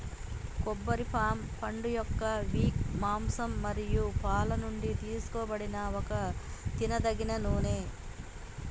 కొబ్బరి పామ్ పండుయొక్క విక్, మాంసం మరియు పాలు నుండి తీసుకోబడిన ఒక తినదగిన నూనె